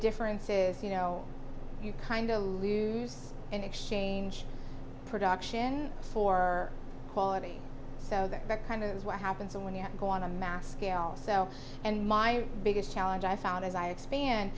difference is you know you kind of loose and exchange production for quality so that that kind of is what happens when you go on a mass scale so and my biggest challenge i found as i expand